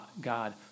God